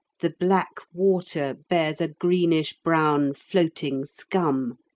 the black water bears a greenish-brown floating scum,